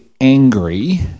Angry